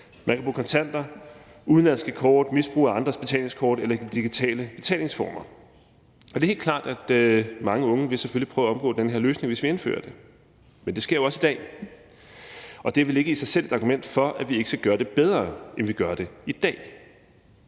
Man kan bruge kontanter, udenlandske kort, misbruge andres betalingskort eller bruge digitale betalingsformer. Det er helt klart, at mange unge selvfølgelig vil prøve at omgå den her løsning, hvis vi indfører den. Men det sker jo også i dag, og det er vel ikke i sig selv et argument for, at vi ikke skal gøre det bedre, end vi gør det i dag.